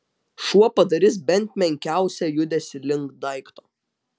šuo padarys bent menkiausią judesį link daikto